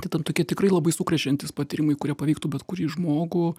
tai tam tokie tikrai labai sukrečiantys patyrimai kurie paveiktų bet kurį žmogų